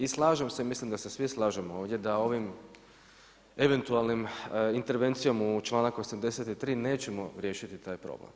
I slažem se, mislim da se svi slažemo ovdje da ovim eventualnom intervencijom u članak 83. nećemo riješiti taj problem.